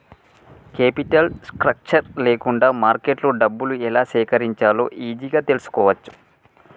capital structure లేకుంటే మార్కెట్లో డబ్బులు ఎలా సేకరించాలో ఈజీగా తెల్సుకోవచ్చు